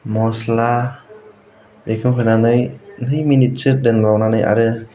मस्ला बेखौ होनानै नै मिनिटसो दोनबावनानै आरो